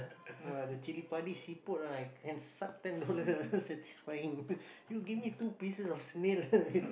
the cili padi siput ah I can suck ten dollar > satisfying you give me two pieces of snail